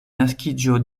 naskiĝo